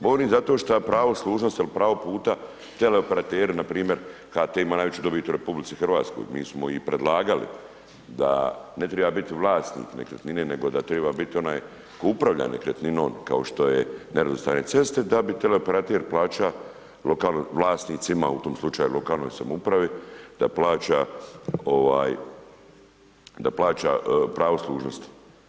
Govorim zato što pravo služnosti ili pravo puta teleoperateri npr., HT ima najveću dobit u RH, mi smo i predlagali da ne treba biti vlasnik nekretnine nego da treba biti onaj tko upravlja nekretninom, kao što je nerazvrstane ceste, da bi teleoperater plaćao lokalnim vlasnicima, u tom slučaju lokalnoj samoupravi da plaća pravo služnosti.